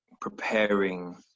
preparing